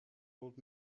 old